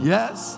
Yes